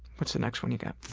what's the next one you've got?